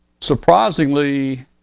surprisingly